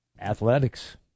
Athletics